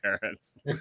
parents